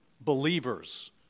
believers